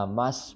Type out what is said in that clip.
mas